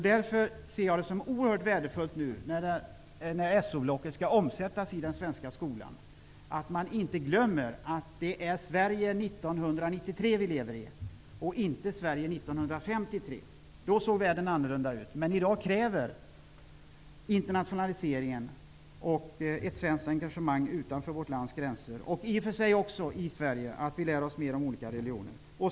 Därför ser jag det som oerhört värdefullt, när SO-- blocket nu skall omsättas i den svenska skolan, att man inte glömmer att vi lever i Sverige 1993, inte 1953. Då såg världen annorlunda ut. I dag kräver internationaliseringen ett svenskt engagemang, utanför vårt lands gränser och i Sverige, och att vi lär oss mer om olika religioner.